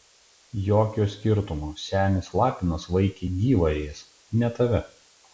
jokio skirtumo senis lapinas vaikį gyvą ės ne tave